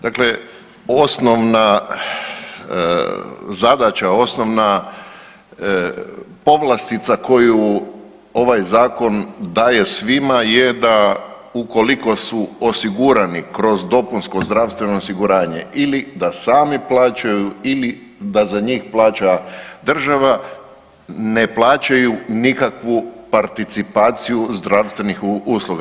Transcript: Dakle, osnovna zadaća osnovna povlastica koju ovaj zakon daje svima je da ukoliko su osigurani kroz dopunsko zdravstveno osiguranje ili da sami plaćaju ili da za njih plaća država ne plaćaju nikakvu participaciju zdravstvenih usluga.